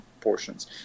portions